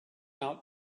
out